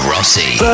Rossi